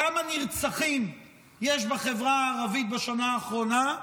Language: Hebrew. כמה נרצחים יש בחברה הערבית בשנה האחרונה?